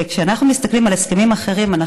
וכשאנחנו מסתכלים על הסכמים אחרים אנחנו